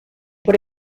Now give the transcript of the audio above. por